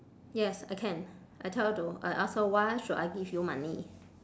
yes I can I tell her to I ask her why should I give you money